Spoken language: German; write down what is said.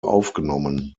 aufgenommen